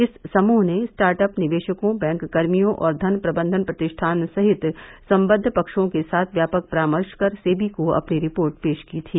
इस समूह ने स्टार्ट अप निवेशकों बैंक कर्मियों और धन प्रबंधन प्रतिष्ठान सहित संबद्व पक्षों के साथ व्यापक परामर्श कर सेवी को अपनी रिपोर्ट पेश की थी